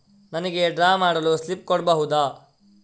ನನಿಗೆ ಡ್ರಾ ಮಾಡಲು ಸ್ಲಿಪ್ ಕೊಡ್ಬಹುದಾ?